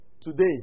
Today